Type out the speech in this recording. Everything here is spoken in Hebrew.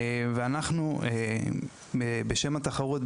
אנחנו בשם התחרות,